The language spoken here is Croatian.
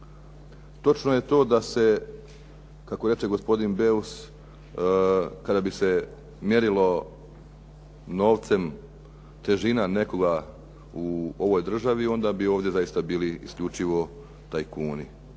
Točno je to da se kako reče gospodin Beus kada bi se mjerilo novcem težina nekoga u ovoj državi onda bi ovdje zaista bili isključivo tajkuni.